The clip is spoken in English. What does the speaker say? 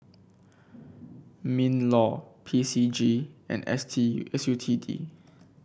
Minlaw P C G and S T U S U T D